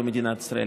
במדינת ישראל.